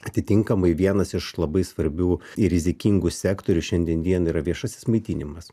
atitinkamai vienas iš labai svarbių ir rizikingų sektorių šiandien dienai yra viešasis maitinimas